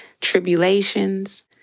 tribulations